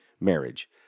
Marriage